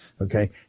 Okay